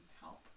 help